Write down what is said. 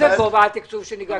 מה זה "גובה התקצוב שנקבע"?